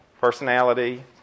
Personality